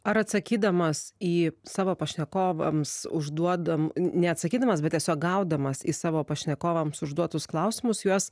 ar atsakydamas į savo pašnekovams užduodam ne neatsakydamas bet tiesiog gaudamas į savo pašnekovams užduotus klausimus juos